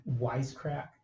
wisecrack